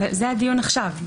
זה הדיון עכשיו.